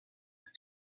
ehk